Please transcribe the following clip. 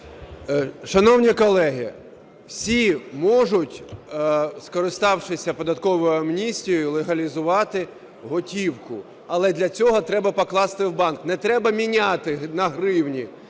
Шановні колеги, всі можуть, скориставшись податковою амністією, легалізувати готівку, але для цього треба покласти в банк, не треба міняти на гривні,